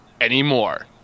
anymore